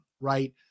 right